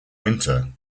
winter